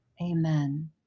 Amen